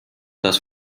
das